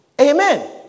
Amen